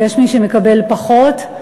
ויש מי שמקבל פחות,